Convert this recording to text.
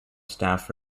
staff